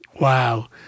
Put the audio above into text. Wow